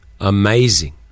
amazing